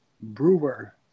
Brewer